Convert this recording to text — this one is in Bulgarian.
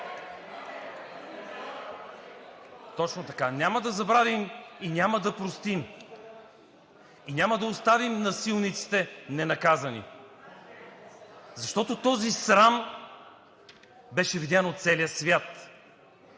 народът!“) Няма да забравим и няма да простим, и няма да оставим насилниците ненаказани, защото този срам беше видян от целия свят!